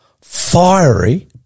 fiery